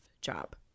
job